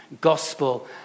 gospel